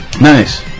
Nice